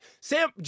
Sam